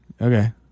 Okay